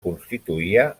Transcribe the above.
constituïa